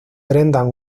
brendan